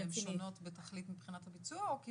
כי הן שונות בתכלית מבחינת הביצוע או כי